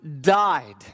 died